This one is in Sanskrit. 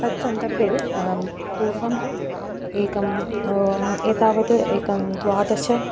तत् सन्दर्भे पूर्वम् एकम् एतावत् एकं द्वादश